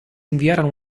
inviarono